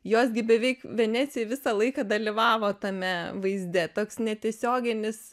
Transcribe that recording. jos gi beveik venecijoj visą laiką dalyvavo tame vaizde toks netiesioginis